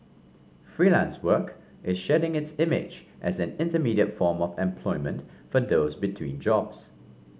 freelance work is shedding its image as an intermediate form of employment for those between jobs